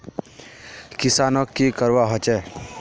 किसानोक की करवा होचे?